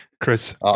Chris